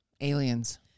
Aliens